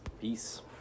Peace